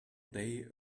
day